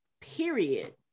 period